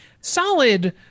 solid